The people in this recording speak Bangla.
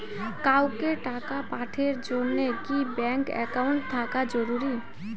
কাউকে টাকা পাঠের জন্যে কি ব্যাংক একাউন্ট থাকা জরুরি?